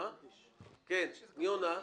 מי עונה?